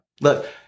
look